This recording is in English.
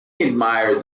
admired